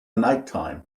nighttime